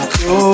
go